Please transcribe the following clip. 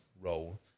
role